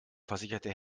versicherte